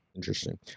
Interesting